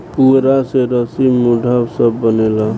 पुआरा से रसी, मोढ़ा सब बनेला